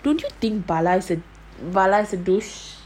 don't you think he's a douche